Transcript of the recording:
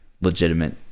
legitimate